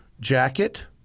jacket